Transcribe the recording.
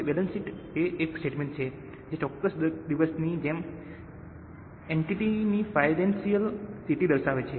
balance sheet એ એક statement છે જે ચોક્કસ દિવસની જેમ એન્ટિટીની ફાઇનાન્સિયલ સ્થિતિ દર્શાવે છે